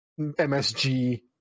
MSG